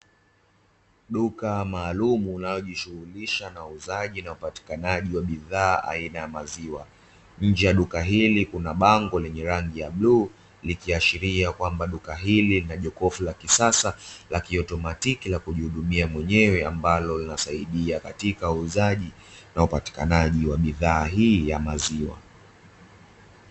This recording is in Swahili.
Duka maalumu linalojishughulisha na uuzaji na upatikanaji wa bidhaa aina ya maziwa, nje ya duka hili kuna bango lenye rangi ya bluu likiashiria kwamba; duka hili lina jokofu la kisasa la kiautomatiki la kujihudumia mwenyewe, ambalo linasaidia katika uuzaji na upatikanaji wa bidhaa hii ya maziwa.